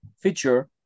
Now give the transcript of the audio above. feature